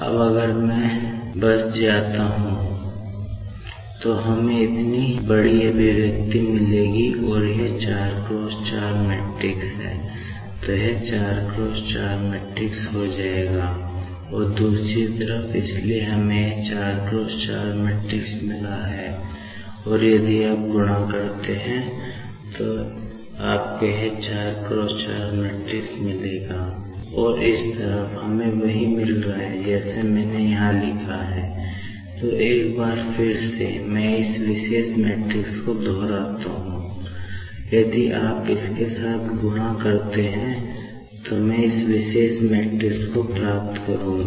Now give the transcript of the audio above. अब अगर मैं बस जाता हूं तो हमें इतनी बड़ी अभिव्यक्ति मिलेगी और यह 4 × 4 मैट्रिक्स को प्राप्त करूंगा